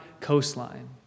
coastline